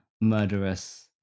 murderous